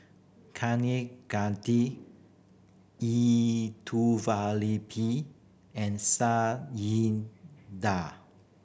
Kanegati and